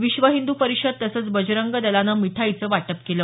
विश्व हिंद् परिषद तसंच बजरंग दलानं मिठाईचं वाटप केलं